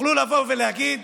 תוכלו לבוא ולהגיד